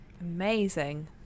amazing